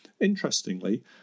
Interestingly